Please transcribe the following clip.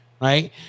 right